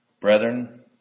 Brethren